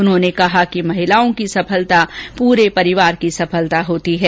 उन्होंने कहा कि महिलाओं की सफलता पूरे परिवार की सफलता होती है